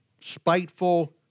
spiteful